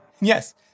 Yes